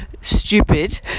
stupid